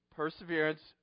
perseverance